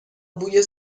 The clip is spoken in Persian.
بوی